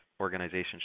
organizations